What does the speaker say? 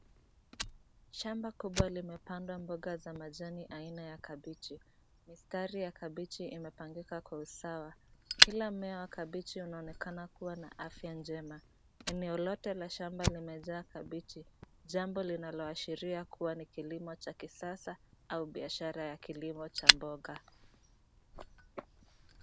Shamba kubwa limepandwa mboga za majani aina ya kabeji. Mistari ya kabeji imepangika kwa usawa. Kila mmea wa kabeji unaonekana kuwa na afya njema. Eneo lote la shamba limejaa kabeji, jambo linaloashiria kuwa ni kilimo cha kisasa au ni biashara ya kilimo cha mboga.